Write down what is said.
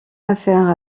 affaire